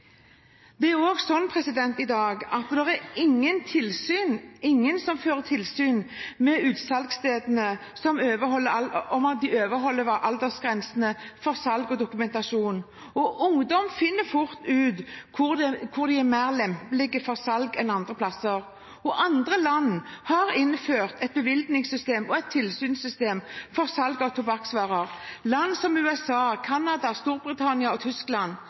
Det er slik i dag at ingen fører tilsyn med utsalgsstedene om hvorvidt de overholder aldersgrensene for salg og dokumentasjon. Ungdom finner fort ut hvilke plasser som er mer lempelige med salg enn andre. Andre land, som USA, Canada, Storbritannia og Tyskland, har innført et bevilgnings- og tilsynssystem for salg av tobakksvarer. Men i Norge ser ikke regjeringen at det er nødvendig. Kristelig Folkeparti mener også at snusprodusentene, som